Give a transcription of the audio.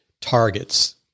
targets